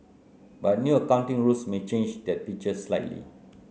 but new accounting rules may change that picture slightly